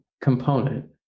component